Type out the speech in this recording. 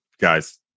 guys